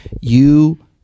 You-